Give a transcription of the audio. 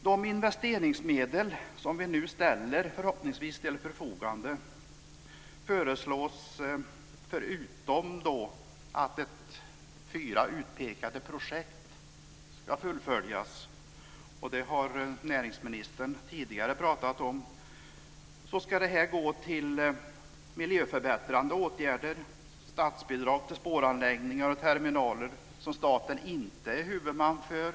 De investeringsmedel som vi nu förhoppningsvis ställer till förfogande föreslås - förutom att fyra utpekade projekt ska fullföljas, vilket näringsministern tidigare pratade om - gå till miljöförbättrande åtgärder samt statsbidrag till spåranläggningar och terminaler som staten inte är huvudman för.